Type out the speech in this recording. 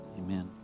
amen